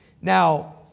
Now